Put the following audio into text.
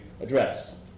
address